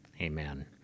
amen